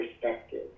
perspective